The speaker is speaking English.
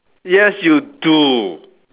yes you do